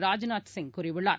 ராஜ்நாத் சிங் கூறியுள்ளார்